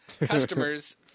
customers